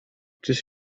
czyż